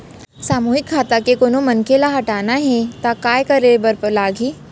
सामूहिक खाता के कोनो मनखे ला हटाना हे ता काय करे बर लागही?